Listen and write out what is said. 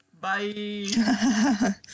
Bye